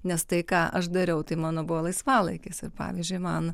nes tai ką aš dariau tai mano buvo laisvalaikis ir pavyzdžiui man